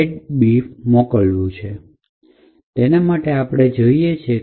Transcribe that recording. તો એના માટે આપણે જોઈશે